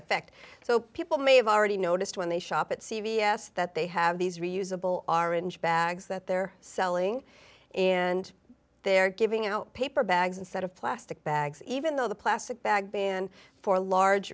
effect so people may have already noticed when they shop at c v s that they have these reusable orange bags that they're selling and they're giving out paper bags instead of plastic bags even though the plastic bag ban for large